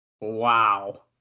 Wow